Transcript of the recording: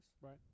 Right